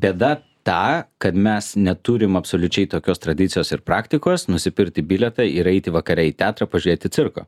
bėda ta kad mes neturim absoliučiai tokios tradicijos ir praktikos nusipirkti bilietą ir eiti vakare į teatrą pažiūrėti cirko